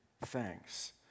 thanks